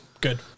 good